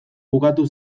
bukatu